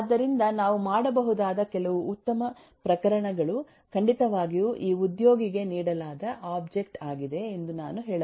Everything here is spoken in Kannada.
ಆದ್ದರಿಂದ ನಾವು ಮಾಡಬಹುದಾದ ಕೆಲವು ಉತ್ತಮ ಪ್ರಕರಣಗಳು ಖಂಡಿತವಾಗಿಯೂ ಈ ಉದ್ಯೋಗಿಗೆ ನೀಡಲಾದ ಒಬ್ಜೆಕ್ಟ್ ಆಗಿದೆ ಎಂದು ನಾನು ಹೇಳಬಲ್ಲೆ